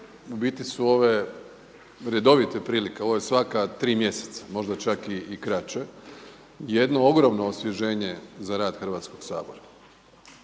u biti su ove redovite prilike, ovo je svaka tri mjeseca možda čak i kraće, jedno ogromno osvježenje za rad Hrvatskoga sabora.